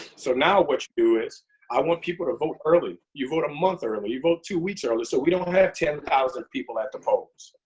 so now, what you do is i want people to vote early you vote a month early, you vote two weeks early, so we don't have ten thousand people at the polls.